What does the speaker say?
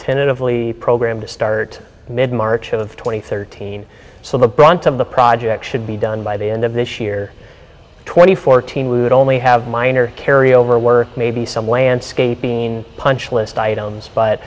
tentatively program to start mid march of two thousand and thirteen so the brunt of the project should be done by the end of this year twenty fourteen would only have minor carry over work maybe some landscaping punch list items but